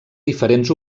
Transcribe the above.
diferents